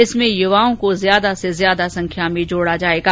इसमें युवाओं को ज्यादा से ज्यादा संख्या में जोड़ा जाएगा